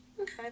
Okay